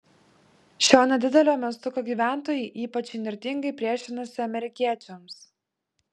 šio nedidelio miestuko gyventojai ypač įnirtingai priešinasi amerikiečiams